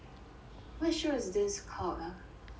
what show is this called ah